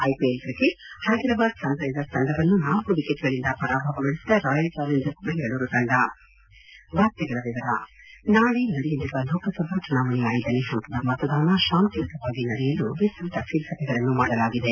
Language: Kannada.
IPL cricket Hyderabad Sunrisers ತಂಡವನ್ನು ನಾಲ್ತು ವಿಕೆಟ್ ಗಳಿಂದ ಪರಾಭವಗೊಳಿಸಿದ ರಾಯಲ್ಚಾರೆಂಜರ್ಸ್ ಬೆಂಗಳೂರು ತಂಡ ನಾಳೆ ನಡೆಯಲಿರುವ ಲೋಕಸಭಾ ಚುನಾವಣೆಯ ಐದನೇ ಹಂತದ ಮತದಾನ ಶಾಂತಿಯುತವಾಗಿ ನಡೆಸಲು ವಿಸ್ತೃತ ಸಿದ್ದತೆಗಳನ್ನು ಮಾಡಲಾಗಿದೆ